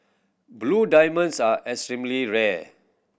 blue diamonds are extremely rare